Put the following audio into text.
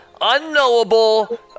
unknowable